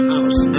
house